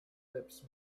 lips